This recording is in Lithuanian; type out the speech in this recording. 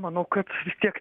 manau kad tiek